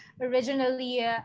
originally